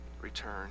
Return